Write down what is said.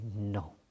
no